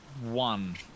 one